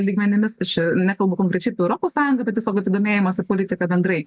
lygmenimis aš čia nekalbu konkrečiai apie europos sąjungą bet tiesiog apie domėjimąsi politika bendrai